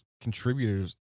contributors